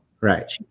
Right